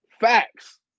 Facts